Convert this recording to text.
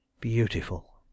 Beautiful